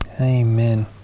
Amen